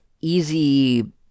easy